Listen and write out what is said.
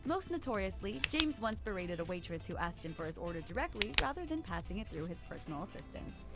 most notoriously, james once berated a waitress who asked him for his order directly rather than passing it through his personal assistants.